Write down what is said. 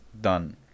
done